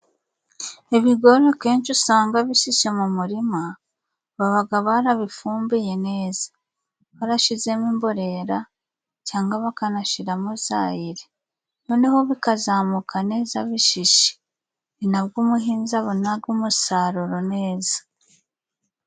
Ibigori akenshi usanga bishishe mu murima, babaga barabifumbiye neza barashizemo imborera cangwa bakanashiramo za ire, noneho bikazamuka neza bishishe ninabwo umuhinzi abonaga umusaruro neza.